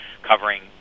covering